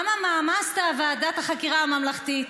אממה, מה עשתה ועדת החקירה הממלכתית?